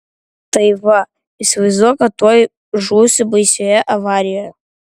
tai va įsivaizduok kad tuoj žūsi baisioje avarijoje